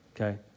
okay